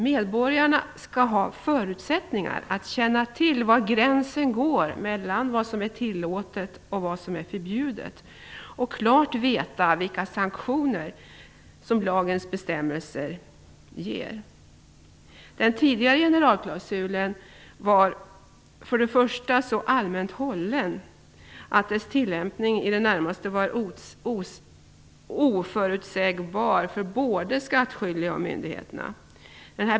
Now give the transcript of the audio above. Medborgarna skall ha förutsättningar att känna till var gränsen går mellan vad som är tillåtet och vad som är förbjudet och klart veta vilka sanktioner som blir aktuella om lagens bestämmelser överträds. Den tidigare generalklausulen var för det första så allmänt hållen att dess tillämpning i det närmaste var oförutsägbar för både de skattskyldiga och myndigheterna.